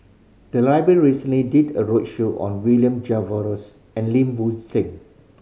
the library recently did a roadshow on William Jervois and Lim Bo Seng